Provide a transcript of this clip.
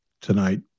tonight